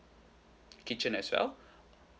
kitchen as well